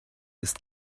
ist